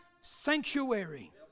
sanctuary